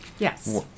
Yes